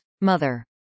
Mother